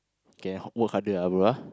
K ha~ work harder ah bro ah